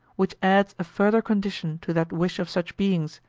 which adds a further condition to that wish of such beings,